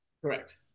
Correct